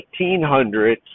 1800s